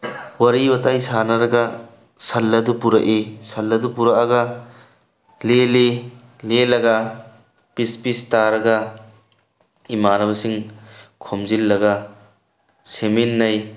ꯋꯥꯔꯤ ꯋꯥꯇꯥꯏ ꯁꯥꯟꯅꯔꯒ ꯁꯟ ꯑꯗꯨ ꯄꯨꯔꯛꯏ ꯁꯟ ꯑꯗꯨ ꯄꯨꯔꯛꯑꯒ ꯂꯦꯜꯂꯤ ꯂꯦꯜꯂꯒ ꯄꯤꯁ ꯄꯤꯁ ꯇꯥꯔꯒ ꯏꯃꯥꯟꯅꯕꯁꯤꯡ ꯈꯣꯝꯖꯤꯜꯂꯒ ꯁꯦꯝꯃꯤꯟꯅꯩ